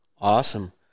Awesome